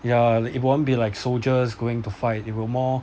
ya it won't be like soldiers going to fight it will more